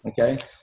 okay